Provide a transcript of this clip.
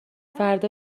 فردا